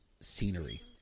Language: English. scenery